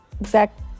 exact